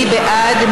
מי בעד?